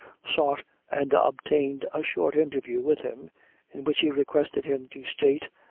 sought and obtained a short interview with him, in which he requested him to state,